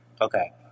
Okay